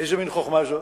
איזה מין חוכמה זאת?